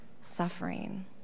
suffering